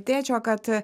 tėčio kad